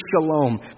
shalom